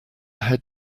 head